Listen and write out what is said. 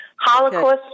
Holocaust